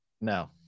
No